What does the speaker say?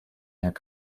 herrn